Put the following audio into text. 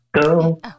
go